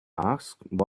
asked